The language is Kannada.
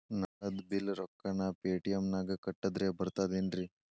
ನಳದ್ ಬಿಲ್ ರೊಕ್ಕನಾ ಪೇಟಿಎಂ ನಾಗ ಕಟ್ಟದ್ರೆ ಬರ್ತಾದೇನ್ರಿ?